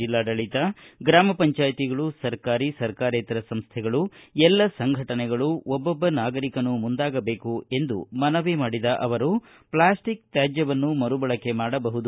ಬೆಲ್ಲಾಡಳಿತ ಗ್ರಾಮ ಪಂಚಾಯ್ತಿಗಳು ಸರ್ಕಾರಿ ಸರ್ಕಾರೇತರ ಸಂಸ್ವೆಗಳು ಎಲ್ಲ ಸಂಘಟನೆಗಳು ಒಬ್ಲೊಬ್ಲ ನಾಗರಿಕನೂ ಮುಂದಾಗಬೇಕು ಎಂದು ಮನವಿ ಮಾಡಿದ ಅವರು ಪ್ಲಾಸ್ಟಿಕ್ ತ್ಯಾಜ್ಯವನ್ನು ಮರುಬಳಕೆ ಮಾಡಬಹುದು